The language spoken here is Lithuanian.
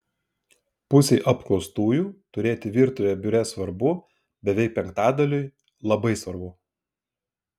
pusei apklaustųjų turėti virtuvę biure svarbu beveik penktadaliui labai svarbu